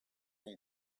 and